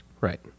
Right